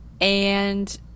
And-